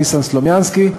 ניסן סלומינסקי,